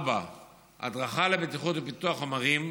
4. הדרכות לבטיחות ופיתוח וחומרים,